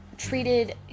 treated